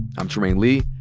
i'm trymaine lee.